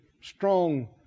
strong